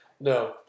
No